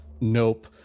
nope